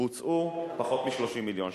בוצעו פחות מ-30 מיליון ש"ח,